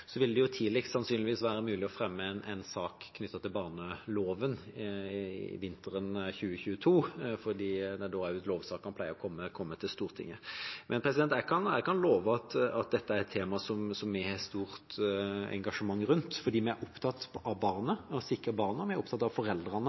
vil det sannsynligvis tidligst være mulig å fremme en sak knyttet til barneloven vinteren 2022 – det er da lovsakene pleier å komme til Stortinget. Jeg kan love at dette er et tema som vi har et stort engasjement rundt, for vi er opptatt av barna, av å sikre barna, og vi er opptatt av at foreldrene